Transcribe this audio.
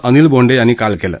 अनिल बोंडे यांनी काल केलं